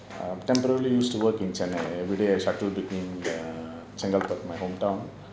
um temporarily used to work in chennai everyday I shuttle between chengalpet my hometown